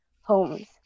homes